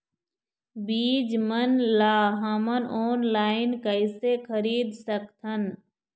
बीज मन ला हमन ऑनलाइन कइसे खरीद सकथन?